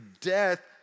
death